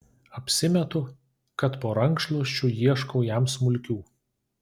apsimetu kad po rankšluosčiu ieškau jam smulkių